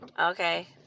Okay